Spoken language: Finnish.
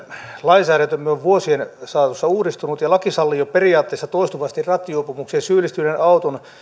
lainsäädäntömme on vuosien saatossa uudistunut ja laki sallii jo periaatteessa toistuvasti rattijuopumukseen syyllistyneen auton